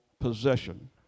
possession